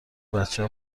بچه